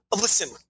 listen